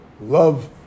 love